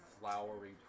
flowery